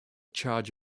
charge